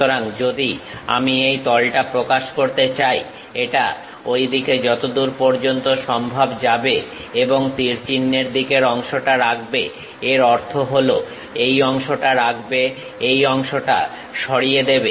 সুতরাং যদি আমি এই তলটা প্রকাশ করতে চাই এটা ঐ দিকে যতদূর পর্যন্ত সম্ভব যাবে এবং তীর চিহ্নের দিকের অংশটা রাখবে এর অর্থ হলো এই অংশটা রাখবে এই অংশটা সরিয়ে দেবে